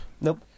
Nope